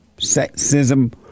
sexism